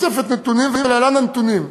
אוספת נתונים, ולהלן הנתונים: